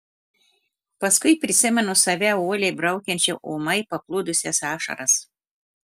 paskui prisimenu save uoliai braukiančią ūmai paplūdusias ašaras